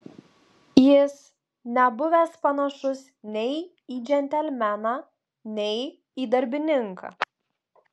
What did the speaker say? jis nebuvęs panašus nei į džentelmeną nei į darbininką